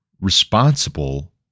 responsible